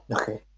okay